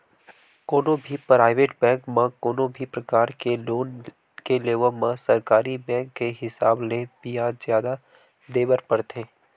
कोनो भी private bank म कोनो भी परकार के लोन के लेवब म सरकारी बेंक के हिसाब ले बियाज जादा देय बर परथे